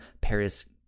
paris